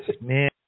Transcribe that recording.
Man